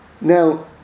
Now